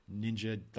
Ninja